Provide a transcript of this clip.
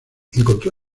encontró